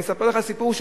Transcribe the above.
אני אספר לך סיפור.